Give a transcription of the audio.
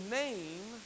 name